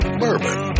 bourbon